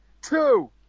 two